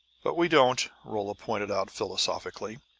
but we don't! rolla pointed out philosophically.